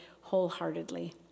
wholeheartedly